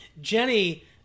jenny